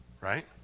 right